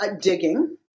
digging